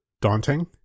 daunting